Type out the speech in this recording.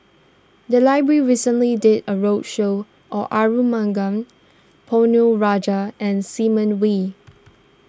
the library recently did a roadshow on Arumugam Ponnu Rajah and Simon Wee